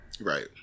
Right